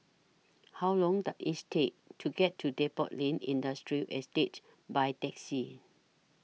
How Long Does IS Take to get to Depot Lane Industrial Estate By Taxi